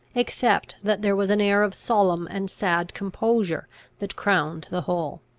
except that there was an air of solemn and sad composure that crowned the whole.